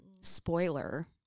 spoiler